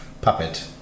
puppet